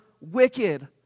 wicked